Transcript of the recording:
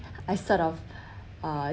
I sort of uh